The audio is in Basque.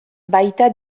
baita